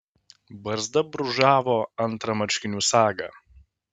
barzda brūžavo antrą marškinių sagą